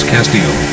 Castillo